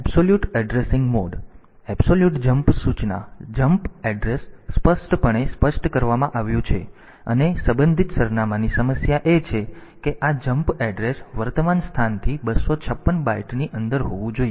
absolute addressing mode absolute jump સૂચના jump address સ્પષ્ટપણે સ્પષ્ટ કરવામાં આવ્યું છે અને સંબંધિત સરનામાંની સમસ્યા એ છે કે આ જમ્પ એડ્રેસ વર્તમાન સ્થાનથી 256 બાઈટ ની અંદર હોવું જોઈએ